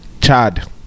Chad